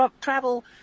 travel